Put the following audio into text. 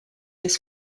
this